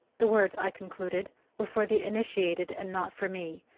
the words, i concluded, were for the initiated, and not for me,